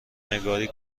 نگاری